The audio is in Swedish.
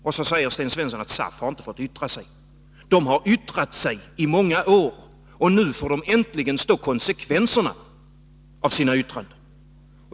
Och så säger Sten Svensson att SAF inte har fått yttra sig. SAF har yttrat sig under många år, och nu får SAF äntligen svara för konsekvenserna av sina yttranden.